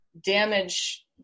damage